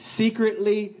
secretly